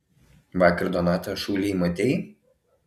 vakar donatą šūlėj matei